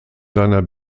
seiner